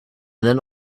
then